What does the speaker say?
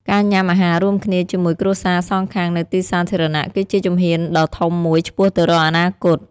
ការញ៉ាំអាហាររួមគ្នាជាមួយគ្រួសារសងខាងនៅទីសាធារណៈ គឺជាជំហានដ៏ធំមួយឆ្ពោះទៅរកអនាគត។